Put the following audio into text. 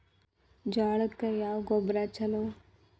ಜೋಳಕ್ಕ ಯಾವ ಗೊಬ್ಬರ ಛಲೋ?